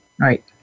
Right